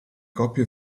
coppie